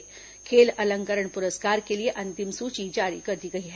खेल अलंकरण पुरस्कार के लिए अंतिम सूची जारी कर दी गई है